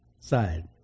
side